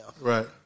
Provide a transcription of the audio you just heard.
Right